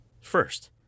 First